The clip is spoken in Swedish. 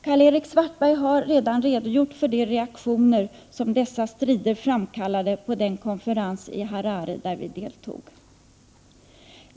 Karl-Erik Svartberg har redan redogjort för de reaktioner som dessa strider framkallade på den konferens i Harare som vi deltog i.